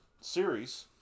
series